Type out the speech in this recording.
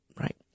Right